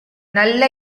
நல்ல